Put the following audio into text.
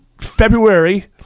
February